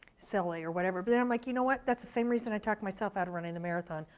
silly or whatever. but then i'm like, you know what, that's the same reason, i talked myself out of running the marathon,